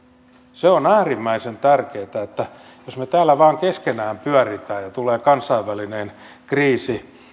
se on äärimmäisen tärkeätä että jos me täällä vain keskenämme pyörimme ja tulee kansainvälinen kriisi